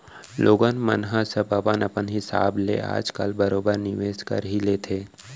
लोगन मन ह सब अपन अपन हिसाब ले आज काल बरोबर निवेस कर ही लेथे